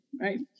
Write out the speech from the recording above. right